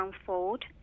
unfold